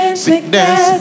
sickness